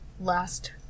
last